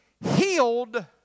healed